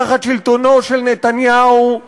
תחת שלטונו של נתניהו,